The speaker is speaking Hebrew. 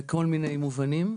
בכל מיני מובנים.